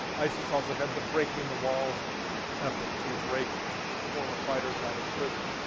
isis also had the breaking the walls effort to break former fighters out of prison.